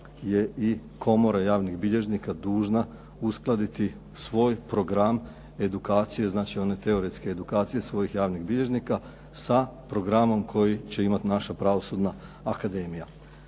je Komora javnih bilježnika dužna uskladiti svoj program edukacije, znači one teoretske edukacije svojih javnih bilježnika sa programom koji će imati naša pravosudna akademija.